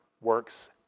works